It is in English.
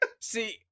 See